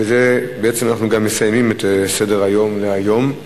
ובעצם גם מסיימים את סדר-היום להיום.